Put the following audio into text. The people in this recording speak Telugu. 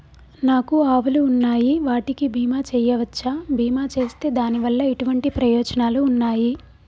నాకు ఆవులు ఉన్నాయి వాటికి బీమా చెయ్యవచ్చా? బీమా చేస్తే దాని వల్ల ఎటువంటి ప్రయోజనాలు ఉన్నాయి?